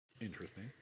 Interesting